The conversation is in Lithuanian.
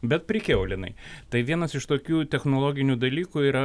bet prikiaulinai tai vienas iš tokių technologinių dalykų yra